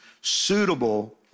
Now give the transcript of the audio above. suitable